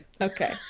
Okay